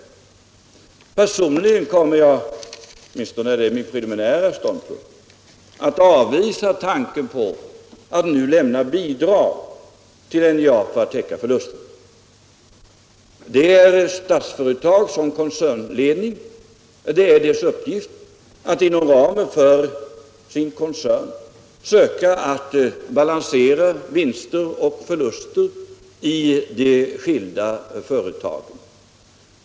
Personligen kommer jag - åtminstone är det min preliminära ståndpunkt — att avvisa tanken på att nu lämna bidrag till NJA för att täcka förlusterna. Det är Statsföretags uppgift att inom ramen för sin koncernfunktion söka att balansera vinsterna och förlusterna i de skilda företagen.